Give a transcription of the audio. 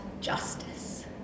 justice